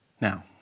now